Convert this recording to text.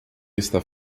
está